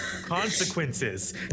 Consequences